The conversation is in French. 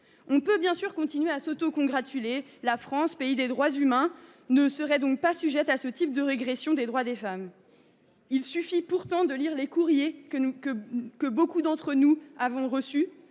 On peut bien sûr continuer de s’autocongratuler : la France, pays des droits humains, ne serait pas sujette à ce type de régression des droits des femmes. Il suffit pourtant de lire les courriers que beaucoup d’entre nous avons reçus,